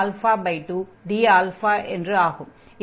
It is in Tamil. இப்போது இன்டக்ரேட் செய்யலாம்